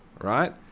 right